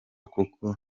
kuko